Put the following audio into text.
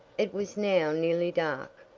it was now nearly dark,